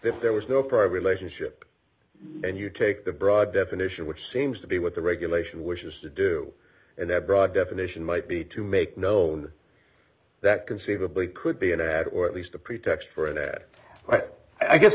if there was no prior relationship and you take the broad definition which seems to be what the regulation wishes to do and the broad definition might be to make no that conceivably could be an ad or at least a pretext for an ad but i guess